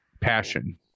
passion